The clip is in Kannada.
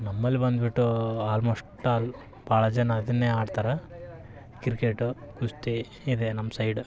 ನಮ್ಮಲ್ಲಿ ಬಂದುಬಿಟ್ಟು ಆಲ್ಮೋಸ್ಟ್ ಆಲ್ ಭಾಳ ಜನ ಅದನ್ನೇ ಆಡ್ತಾರೆ ಕ್ರಿಕೇಟು ಕುಸ್ತಿ ಇದೆ ನಮ್ಮ ಸೈಡ್